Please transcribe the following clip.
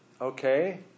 Okay